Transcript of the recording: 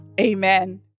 Amen